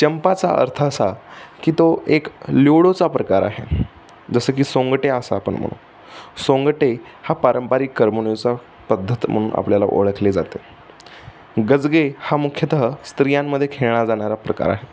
चंपाचा अर्थ असा की तो एक ल्युडोचा प्रकार आहे जसं की सोंगट्या असं आपण म्हणू सोंगटे हा पारंपरिक करमणुकीचा पद्धत म्हणून आपल्याला ओळखले जाते गजगे हा मुख्यतः स्त्रियांमध्ये खेळला जाणारा प्रकार आहे